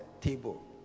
table